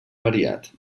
variat